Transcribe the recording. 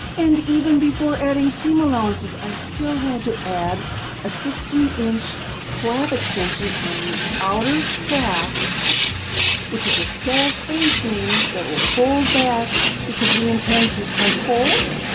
and even before adding seam allowances i still had to add a sixteen inch flap extension on the outer calf which is a self facing that will fold back because we intend to punch holes,